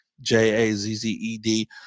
j-a-z-z-e-d